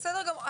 בסדר גמור.